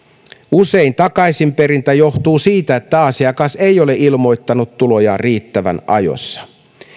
usein takaisinperintä johtuu siitä että asiakas ei ole ilmoittanut tulojaan riittävän ajoissa